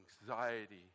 anxiety